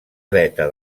dreta